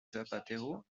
zapatero